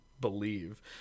believe